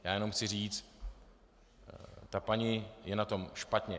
Já jenom chci říci, ta paní je na tom špatně.